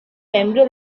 membre